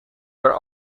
are